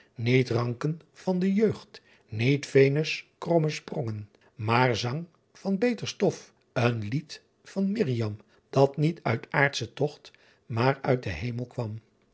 iet rancken van de jeught niet enus kromme sprongen aer sangh van beter stof een liet van irriam at niet uyt aerdtsche tocht maer uyt den hemel quam